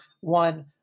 one